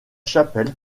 chapelle